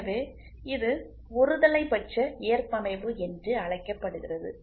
எனவே இது ஒருதலைப்பட்ச ஏற்பமைவு என்று அழைக்கப்படுகிறது